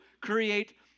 create